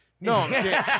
No